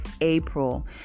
April